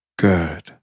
Good